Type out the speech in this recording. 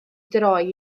droi